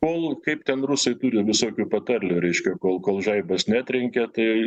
kol kaip ten rusai turi visokių patarlių reiškia kol kol žaibas netrenkia tai